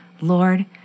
Lord